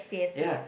ya